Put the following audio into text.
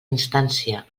instància